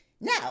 Now